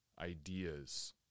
ideas